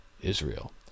Israel